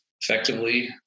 effectively